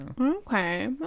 Okay